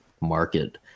market